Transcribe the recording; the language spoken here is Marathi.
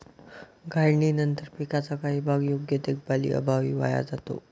काढणीनंतर पिकाचा काही भाग योग्य देखभालीअभावी वाया जातो